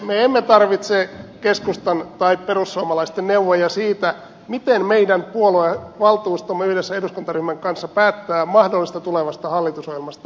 me emme tarvitse keskustan tai perussuomalaisten neuvoja siitä miten meidän puoluevaltuustomme yhdessä eduskuntaryhmän kanssa päättää mahdollisesta tulevasta hallitusohjelmasta